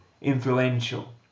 influential